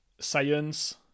science